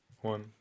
One